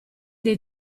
dei